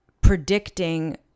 predicting